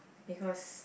because